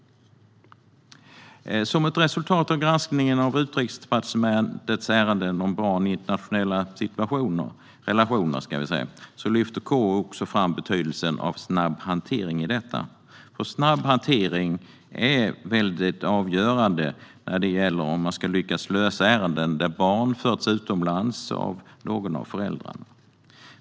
Som ett resultat av granskningen av Utrikesdepartementets ärenden om barn i internationella relationer lyfter KU också fram betydelsen av snabb hantering. Snabb hantering är avgörande för hur man lyckas med de ärenden där barn förts utomlands av någon av föräldrarna.